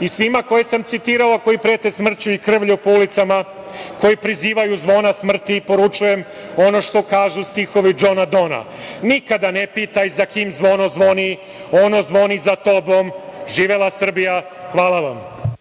i svima koje sam citirao, a koji prete smrću i krvlju po ulicama, koji prizivaju zvona smrti, poručujem ono što kažu stihovi Džona Dona – nikada ne pitaj za kim zvono zvoni. Ono zvoni za tobom. Živela Srbija. Hvala vam.